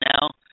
now